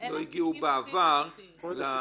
התיקים לא נפתחו.